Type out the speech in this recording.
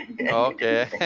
Okay